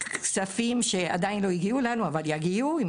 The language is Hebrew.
בכספים שעדיין לא הגיעו אלינו אבל יגיעו אם